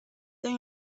they